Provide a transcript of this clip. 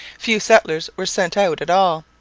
few settlers were sent out at all,